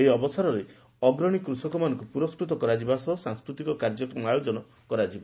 ଏହି ଅବସରରେ ଅଗ୍ରଶୀ କୃଷକମାନଙ୍କୁ ପୁରସ୍କୃତ କରାଯିବା ସହ ସାଂସ୍କୃତିକ କାର୍ଯ୍ୟକ୍ରମର ଆୟୋଜନ କରାଯିବ